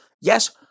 Yes